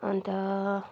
अन्त